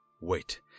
wait